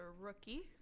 rookie